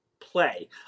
play